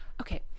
okay